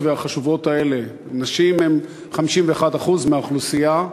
והחשובות האלה: הנשים הן 51% מהאוכלוסייה,